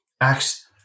Acts